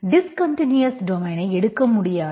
discontinuous டொமைனை எடுக்க முடியாது